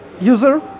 user